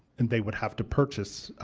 and they would have to purchase